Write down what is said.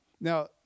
Now